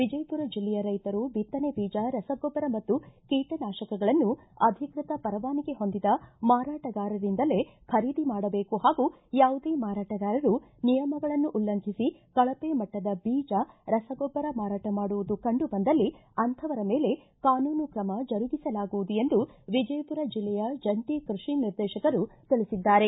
ವಿಜಯಪುರ ಜಿಲ್ಲೆಯ ರೈತರು ಬಿತ್ತನೆ ಬೀಜ ರಸಗೊಬ್ಬರ ಮತ್ತು ಕೀಟನಾಶಕಗಳನ್ನು ಅಧಿಕೃತ ಪರವಾನಿಗೆ ಹೊಂದಿದ ಮಾರಾಟಗಾರರಿಂದಲೇ ಖರೀದಿ ಮಾಡಬೇಕು ಹಾಗೂ ಯಾವುದೇ ಮಾರಾಟಗಾರರು ನಿಯಮಗಳನ್ನು ಉಲ್ಲಂಘಿಸಿ ಕಳಪೆ ಮಟ್ಟದ ಬೀಜ ರಸಗೊಬ್ಬರ ಮಾರಾಟ ಮಾಡುವುದು ಕಂಡು ಬಂದಲ್ಲಿ ಅಂಥವರ ಮೇಲೆ ಕಾನೂನು ಕ್ರಮ ಜರುಗಿಸಲಾಗುವುದು ಎಂದು ವಿಜಯಪುರ ಜಿಲ್ಲೆಯ ಜಂಟ ಕೃಷಿ ನಿರ್ದೇಶಕರು ತಿಳಿಸಿದ್ದಾರೆ